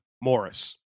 Morris